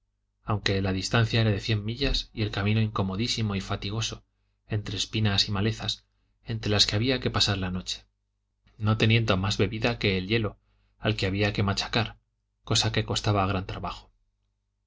aunque la distancia era de cien millas y el camino incomodisimo y fatigoso entre espinas y malezas entre las que había que pasar la noche no teniendo más bebida que el hielo al que había que machacar cosa que costaba gran trabajo